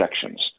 sections